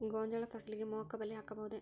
ಗೋಂಜಾಳ ಫಸಲಿಗೆ ಮೋಹಕ ಬಲೆ ಹಾಕಬಹುದೇ?